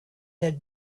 had